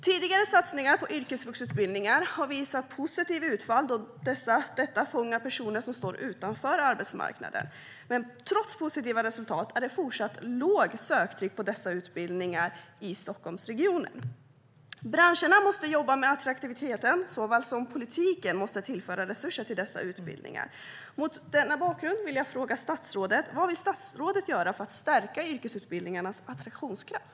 Tidigare satsningar på yrkesvuxutbildningar har gett positivt utfall då detta fångar upp personer som står utanför arbetsmarknaden, men trots positiva resultat är det fortsatt lågt söktryck på dessa utbildningar i Stockholmsregionen. Branscherna måste jobba med attraktiviteten, och politiken måste tillföra resurser till dessa utbildningar. Mot denna bakgrund vill jag fråga statsrådet: Vad vill statsrådet göra för att stärka yrkesutbildningarnas attraktionskraft?